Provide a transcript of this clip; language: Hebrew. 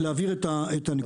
להבהיר את זה.